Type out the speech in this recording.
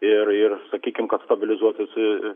ir ir sakykim kad stabilizuotųsi